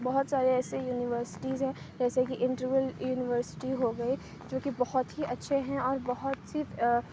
بہت سارے ایسے یونیورسٹیز ہیں جیسے کہ انٹرول یونیورسٹی ہو گئے جو کہ بہت ہی اچھے ہیں اور بہت سی